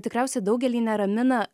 tikriausiai daugelį neramina